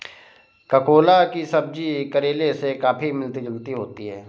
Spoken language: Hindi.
ककोला की सब्जी करेले से काफी मिलती जुलती होती है